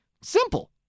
Simple